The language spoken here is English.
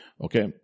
Okay